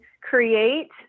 create